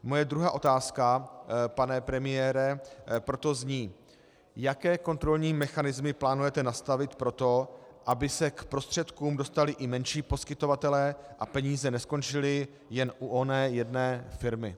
Moje druhá otázka, pane premiére, proto zní, jaké kontrolní mechanismy plánujete nastavit pro to, aby se k prostředkům dostali i menší poskytovatelé a peníze neskončily jen u oné jedné firmy.